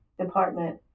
department